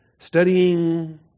studying